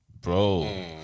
Bro